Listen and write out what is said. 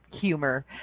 humor